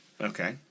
okay